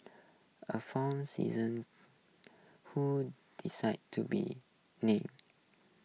a former season who decide to be named